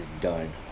done